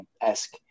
esque